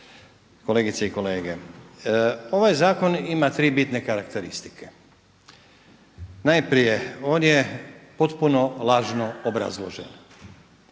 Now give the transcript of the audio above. kolegice i kolege. Ovaj zakon ima tri bitne karakteristike. Najprije on je potpuno lažno obrazložen.